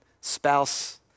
spouse